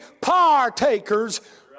partakers